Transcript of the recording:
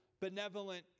benevolent